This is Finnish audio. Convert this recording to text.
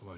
voi